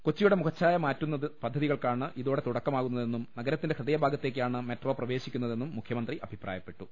കൊച്ചിയുടെ മുഖഛായ മാറ്റുന് പദ്ധതികൾക്കാണ് ഇതോടെ തുട ക്കമാകുന്നതെന്നും നഗരത്തിന്റെ ഹൃദയഭാഗത്തേക്കാണ് മെട്രോ പ്രവേശിക്കുന്നതെന്നും മുഖ്യമന്ത്രി അഭിപ്രായപ്പെട്ടു